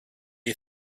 are